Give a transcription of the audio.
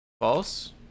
false